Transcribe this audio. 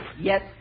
Yes